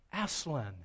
Aslan